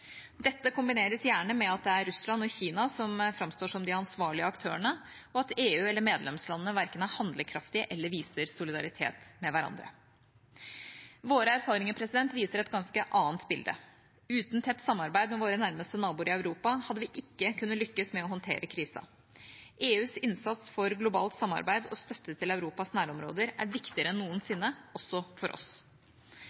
Dette kombineres gjerne med at det er Russland og Kina som framstår som de ansvarlige aktørene, og at EU eller medlemslandene verken er handlekraftige eller viser solidaritet med hverandre. Våre erfaringer viser et ganske annet bilde. Uten tett samarbeid med våre nærmeste naboer i Europa hadde vi ikke kunne lykkes med å håndtere krisen. EUs innsats for globalt samarbeid og støtte til Europas nærområder er viktigere enn